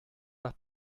nach